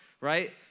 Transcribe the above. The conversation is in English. right